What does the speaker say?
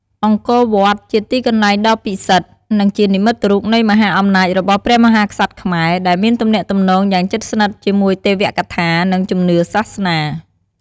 អង្គរវត្ត ជាទីកន្លែងដ៏ពិសិដ្ឋ និងជានិមិត្តរូបនៃមហាអំណាចរបស់ព្រះមហាក្សត្រខ្មែរ ដែលមានទំនាក់ទំនងយ៉ាងជិតស្និទ្ធជាមួយទេវកថា និងជំនឿសាសនា។